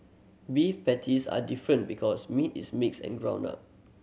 beef patties are different because meat is mixed and ground up